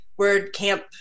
WordCamp